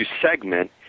segment